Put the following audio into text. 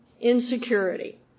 insecurity